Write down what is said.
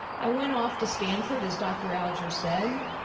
i went off to stanford as dr. alger said